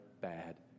bad